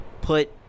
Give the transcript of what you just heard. put